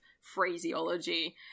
phraseology